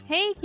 Hey